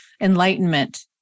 enlightenment